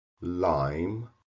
lime